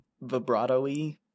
vibrato-y